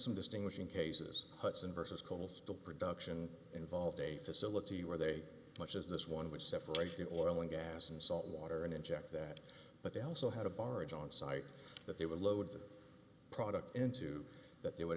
some distinguishing cases hutson versus coal still production involved a facility where they much as this one which separated oil and gas and salt water and inject that but they also had a barge on site that there were loads of product into that they would